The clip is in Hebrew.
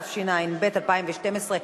התשע"ב 2012,